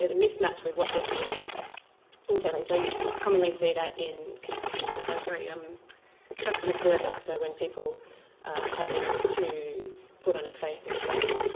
and mismatched with what they're feeling internally. so you commonly see that in consumer, ah sorry, um customer service, so when people are having to put on a face and say,